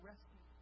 rescue